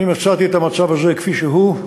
אני מצאתי את המצב הזה כפי שהוא,